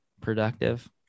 productive